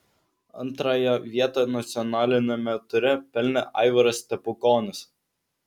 antrąją vietą nacionaliniame ture pelnė aivaras stepukonis